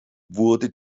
wurde